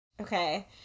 Okay